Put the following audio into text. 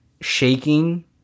shaking